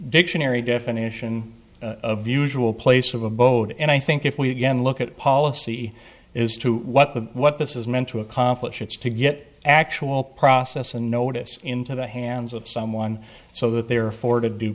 dictionary definition of the usual place of abode and i think if we again look at policy is to what the what this is meant to accomplish it's to get actual process a notice into the hands of someone so that they are afforded due